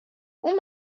اون